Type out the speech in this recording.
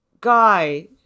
guy